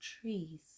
trees